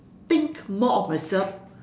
think more of myself